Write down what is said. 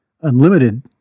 unlimited